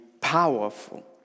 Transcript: powerful